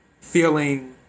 feeling